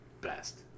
best